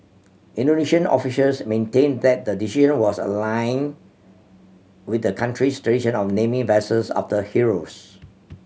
Indonesian officials maintained that the decision was a line with the country's tradition of naming vessels after heroes